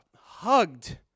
hugged